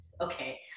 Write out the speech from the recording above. okay